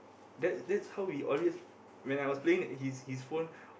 that that's how we always when I was playing his his phone